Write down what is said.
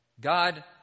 God